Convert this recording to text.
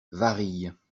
varilhes